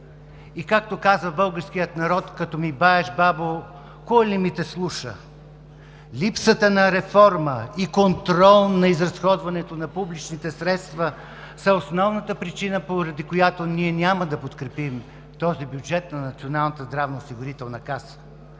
И както казва българският народ: като ми баеш, бабо, кой ли ми те слуша? Липсата на реформа и контрол на изразходването на публичните средства са основната причина, поради която ние няма да подкрепим този бюджет на Националната здравноосигурителна каса.